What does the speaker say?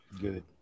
Good